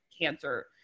cancer